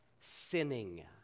sinning